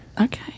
Okay